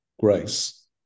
grace